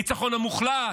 הניצחון המוחלט.